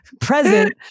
present